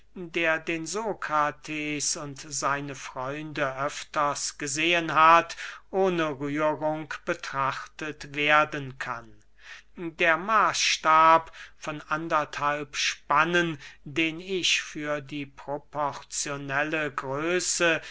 der den sokrates und seine freunde öfters gesehen hat ohne rührung betrachtet werden kann der maßstab von anderthalb spannen den ich für die proporzionelle größe